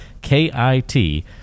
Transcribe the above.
K-I-T